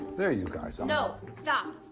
there you guys are. no, stop.